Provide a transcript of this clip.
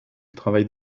travaille